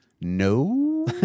no